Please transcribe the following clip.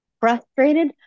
frustrated